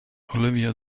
olivia